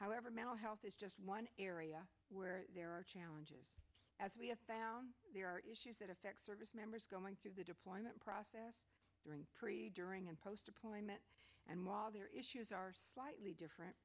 however mental health is just one area where there are challenges as we have found there are issues that affect service members going through the deployment process during pre during and post appointment and while their issues are slightly different